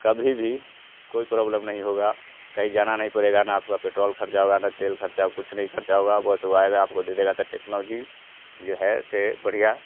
कभी भी कोई परोब्लम नहीं होगा कहीं जाना नहीं पड़ेगा ना आपका पेट्रोल ख़र्च होगा ना तेल ख़र्च कुछ नहीं ख़र्चा होगा बस वह आएगा आपको दे देगा तो टेक्नोलॉजी जो है से बढ़िया